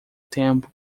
tempo